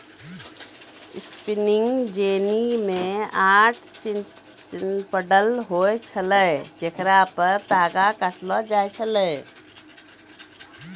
spinning jenny मे आठ spindle होय छलै जेकरा पे तागा काटलो जाय छलै